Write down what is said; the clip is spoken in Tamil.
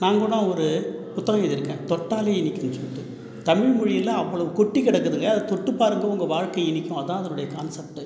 நான் கூட ஒரு புத்தகம் எழுதியிருக்கேன் தொட்டாலே இனிக்கும்னு சொல்லிட்டு தமிழ்மொழியில் அவ்வளோ கொட்டி கிடக்குதுங்க அதை தொட்டு பாருங்கள் உங்கள் வாழ்க்கை இனிக்கும் அதுதான் அதனுடைய கான்செப்ட்